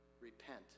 repent